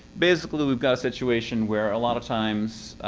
basically we've got a situation where a lot of times.